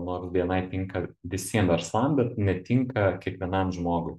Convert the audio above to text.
nors bni tinka visiem verslam bet netinka kiekvienam žmogui